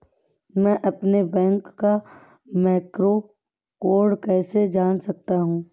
मैं अपने बैंक का मैक्रो कोड कैसे जान सकता हूँ?